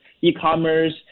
e-commerce